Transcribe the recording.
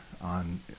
on